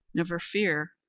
never fear,